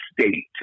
state